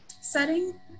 setting